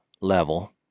level